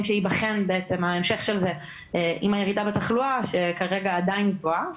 שייבחן בעצם ההמשך של זה עם הירידה בתחלואה שכרגע עדיין גבוהה.